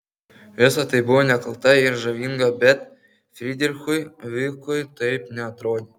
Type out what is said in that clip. visa tai buvo nekalta ir žavinga bet frydrichui vykui taip neatrodė